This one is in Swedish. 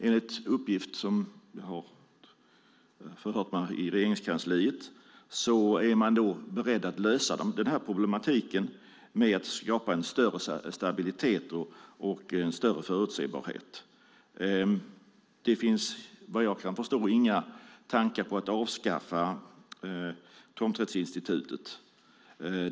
Enligt uppgift från Regeringskansliet är man beredd att lösa problematiken genom att skapa en större stabilitet och förutsägbarhet. Det finns såvitt jag kan förstå inga tankar på att avskaffa tomträttsinstitutet.